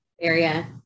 area